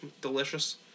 Delicious